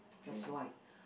that's white